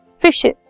Fishes